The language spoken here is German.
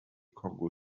kongo